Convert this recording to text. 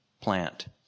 plant